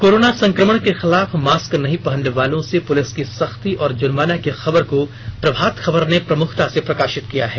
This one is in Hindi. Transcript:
कोरोना संक्रमण के खिलाफ मास्क नहीं पहननेवालों से पुलिस की सख्ती और जुर्माना की खबर को प्रभात खबर ने प्रमुखता से प्रकाशित किया है